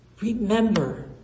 Remember